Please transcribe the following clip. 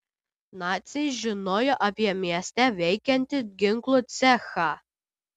naciai žinojo apie mieste veikiantį ginklų cechą